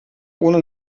ohne